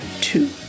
two